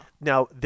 Now